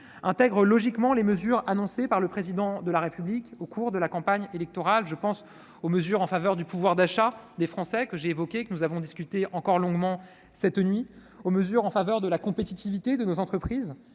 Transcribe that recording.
intègre logiquement les mesures annoncées par le Président de la République au cours de la campagne électorale. Je pense aux mesures en faveur du pouvoir d'achat des Français, dont nous avons débattu encore longuement cette nuit, et de la compétitivité des entreprises